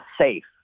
safe